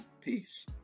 peace